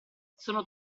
sono